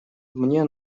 мне